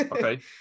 Okay